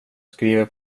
skriver